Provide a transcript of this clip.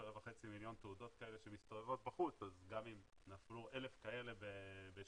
3.5 מיליון תעודות כאלה שמסתובבות בחוץ אז גם אם נפלו 1,000 כאלה בשנה,